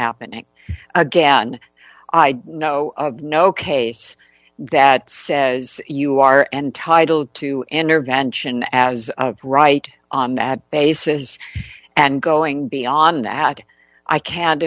happening again i know of no case that says you are entitled to an intervention as of right on that basis and going beyond that i can't